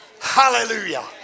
Hallelujah